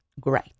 Great